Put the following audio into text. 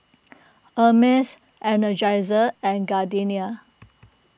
Hermes Energizer and Gardenia